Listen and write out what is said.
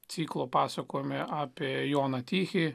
ciklo pasakoja apie joną tykiai